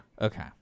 Okay